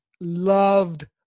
loved